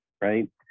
right